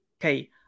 okay